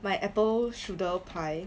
my apple strudel pie